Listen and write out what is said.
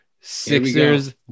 Sixers